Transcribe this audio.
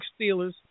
Steelers